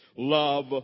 Love